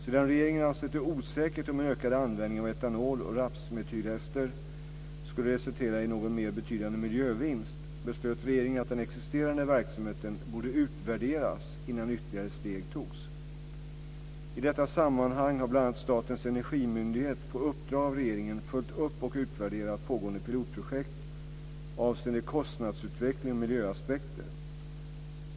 Sedan regeringen ansett det osäkert om en ökad användning av etanol och rapsmetylester skulle resultera i någon mer betydande miljövinst, beslöt regeringen att den existerande verksamheten borde utvärderas innan ytterligare steg togs. I detta sammanhang har bl.a. Statens energimyndighet på uppdrag av regeringen följt upp och utvärderat pågående pilotprojekt avseende kostnadsutveckling och miljöaspekter.